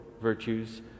virtues